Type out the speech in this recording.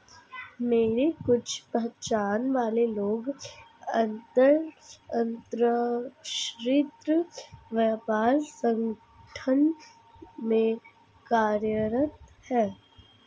मेरे कुछ पहचान वाले लोग अंतर्राष्ट्रीय व्यापार संगठन में कार्यरत है